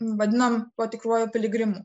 vadinam tuo tikruoju piligrimu